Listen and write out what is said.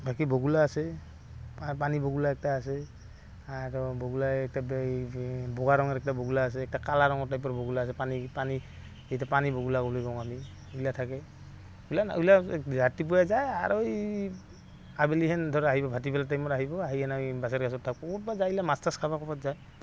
বাকী বগলা আছে পানী বগলা একটা আছে আৰু বগলাই এই বগা ৰঙৰ একটা বগলা আছে একটা কালা ৰঙৰ টাইপৰ বগলা আছে পানী পানী এতিয়া পানী বগলা বুলি কওঁ আমি এইগিলাক থাকে এইগিলা এইগিলাক ৰাতিপুৱাই যায় আৰু এই আবেলিহেন ধৰ আহিব ভাটিবেলা টাইমত আহিব আহি কেনে এই বাঁচৰ গাছত থাকব ক'ত বা যায় এইগিলা মাছ তাছ খাবা ক'ৰবাত যায়